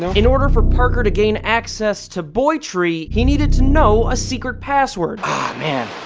in order for parker to gain access to boy tree, he needed to know a secret pasword ah man,